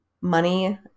money